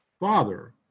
Father